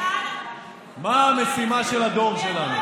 מה המשימה של הדור שלנו.